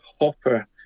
Hopper